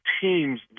teams